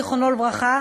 זיכרונו לברכה,